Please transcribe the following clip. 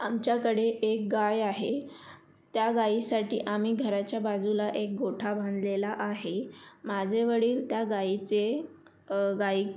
आमच्याकडे एक गाय आहे त्या गाईसाठी आम्ही घराच्या बाजूला एक गोठा बांधलेला आहे माझे वडील त्या गाईचे गाई